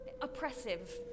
oppressive